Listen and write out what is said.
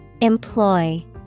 Employ